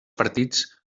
partits